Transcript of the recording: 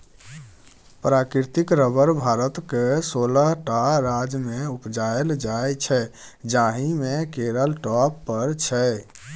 प्राकृतिक रबर भारतक सोलह टा राज्यमे उपजाएल जाइ छै जाहि मे केरल टॉप पर छै